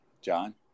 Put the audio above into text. John